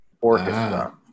orchestra